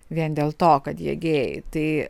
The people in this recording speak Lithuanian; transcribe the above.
vien dėl to kad jie gėjai tai